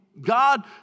God